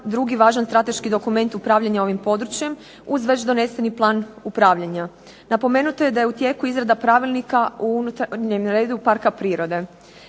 drugi važan strateški dokument upravljanja ovim područjem, uz već doneseni plan upravljanja. Napomenuto je da je u tijeku izrada pravilnika u unutarnjem redu parka prirode.